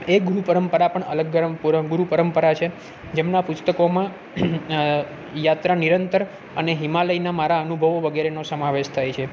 એ ગુરુ પરંપરા પણ અલગ ગરમ ગુરુ પરંપરા છે જેમના પુસ્તકોમાં યાત્રા નિરંતર અને હિમાલયના મારા અનુભવો વગેરેનો સમાવેશ થાય છે